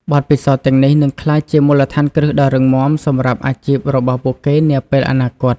បទពិសោធន៍ទាំងនេះនឹងក្លាយជាមូលដ្ឋានគ្រឹះដ៏រឹងមាំសម្រាប់អាជីពរបស់ពួកគេនាពេលអនាគត។